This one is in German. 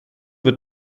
wird